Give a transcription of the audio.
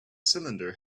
cylinder